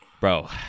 Bro